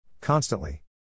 Constantly